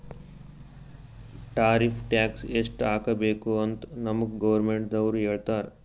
tariff tax ಎಸ್ಟ್ ಹಾಕಬೇಕ್ ಅಂತ್ ನಮ್ಗ್ ಗೌರ್ಮೆಂಟದವ್ರು ಹೇಳ್ತರ್